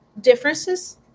differences